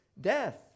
death